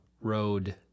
Road